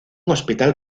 hospital